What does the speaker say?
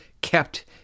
kept